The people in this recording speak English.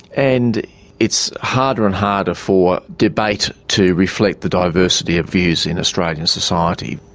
and it's harder and harder for debate to reflect the diversity of views in australian society.